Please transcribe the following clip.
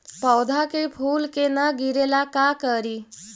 पौधा के फुल के न गिरे ला का करि?